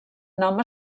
nom